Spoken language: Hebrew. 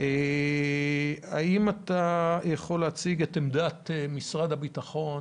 האם אתה יכול להציג את עמדת משרד הביטחון